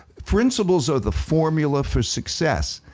principles are the formula for success.